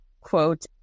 quote